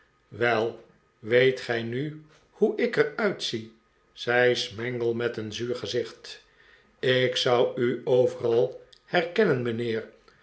wel weet gij nu hoe ik er uit zie zei smangle met een zuur gezicht ik zou u overal herkennen mijnheer